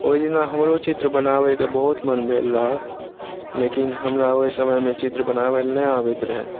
ओहि दिना हमरो चित्र बनाबैकेँ बहुत मन भेल रहय लेकिन हमरा ओहि समयमे चित्र बनाबल नहि आबैत रहै